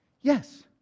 Yes